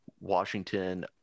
Washington